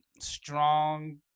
strong